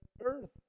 earth